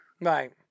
Right